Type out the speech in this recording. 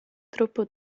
troppo